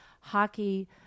hockey